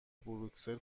بروسل